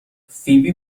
فیبی